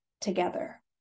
together